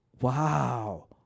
Wow